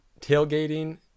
Tailgating –